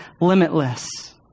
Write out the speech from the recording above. limitless